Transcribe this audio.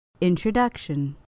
Introduction